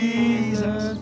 Jesus